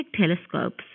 telescopes